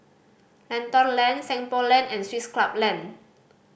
Lentor Lane Seng Poh Lane and Swiss Club Lane